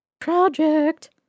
Project